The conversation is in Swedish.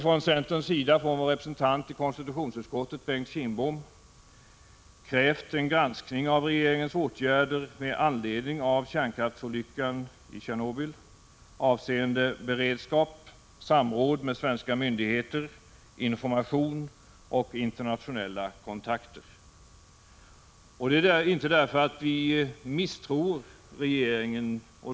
Från centerns sida har vi genom vår representant i konstitutionsutskottet, Bengt Kindbom, också krävt en granskning av regeringens åtgärder med anledning av kärnkraftsolyckan i Tjernobyl avseende beredskap, samråd med svenska myndigheter, information och internationella kontakter. Det har vi inte gjort därför att vi misstror regeringen.